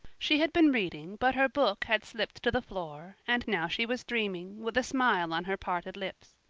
she had been reading, but her book had slipped to the floor, and now she was dreaming, with a smile on her parted lips.